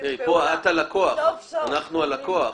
אנחנו הלקוח.